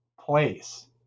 place